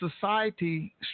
society